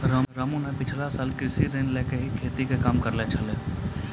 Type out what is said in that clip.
रामू न पिछला साल कृषि ऋण लैकॅ ही खेती के काम करनॅ छेलै